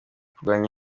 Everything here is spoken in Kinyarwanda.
kuryana